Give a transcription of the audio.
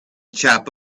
chap